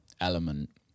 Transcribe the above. element